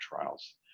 trials